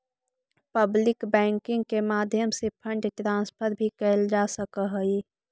public banking के माध्यम से फंड ट्रांसफर भी कैल जा सकऽ हइ